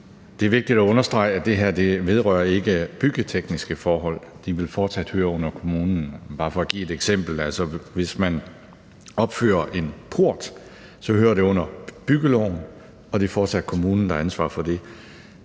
Det er vigtigt at understrege, at det her ikke vedrører byggetekniske forhold. De vil fortsat høre under kommunen. Bare for at give et eksempel: Hvis man opfører en port, hører det under byggeloven, og det er fortsat kommunen, der har ansvaret for det.